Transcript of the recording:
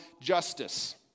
justice